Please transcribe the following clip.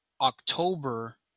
October